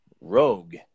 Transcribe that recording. rogue